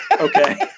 Okay